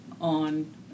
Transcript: on